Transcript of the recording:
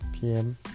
PM